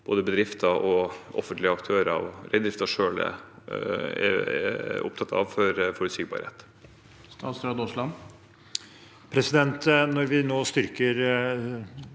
både bedrifter og offentlige aktører – og reindriften selv – er opptatt av for forutsigbarheten.